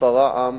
ייפרע עם,